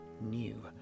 new